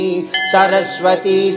Saraswati